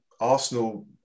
Arsenal